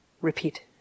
repeat